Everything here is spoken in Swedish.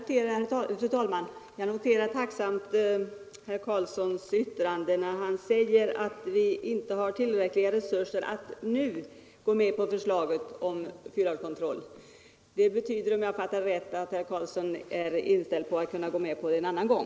Fru talman! Jag noterar tacksamt herr Karlssons i Huskvarna yttrande, när han säger att vi inte har tillräckliga resurser att nu gå med på förslaget om 4-årskontroll. Om jag fattade detta rätt, betyder det att herr Karlsson är inställd på att gå med på förslaget en annan gång.